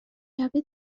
جعبه